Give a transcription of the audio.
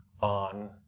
on